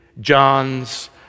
John's